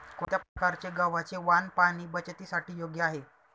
कोणत्या प्रकारचे गव्हाचे वाण पाणी बचतीसाठी योग्य आहे?